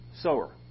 sower